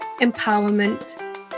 empowerment